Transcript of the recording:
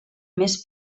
més